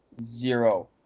zero